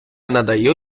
надаю